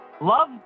Love